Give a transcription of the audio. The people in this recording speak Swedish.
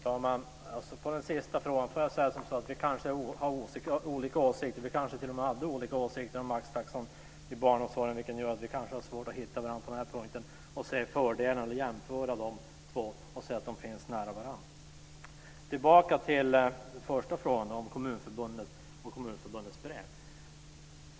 Fru talman! Beträffande den sista frågan vill jag säga att vi kanske har olika åsikter. Vi hade kanske t.o.m. olika åsikter om maxtaxan i barnomsorgen, vilket gör att vi kanske har svårt att hitta varandra på den här punkten och se fördelarna och jämföra dessa två och se att de finns nära varandra. Jag ska gå tillbaka till den första frågan om Kommunförbundet och dess brev.